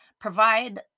provide